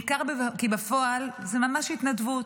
ניכר כי בפועל זה ממש התנדבות,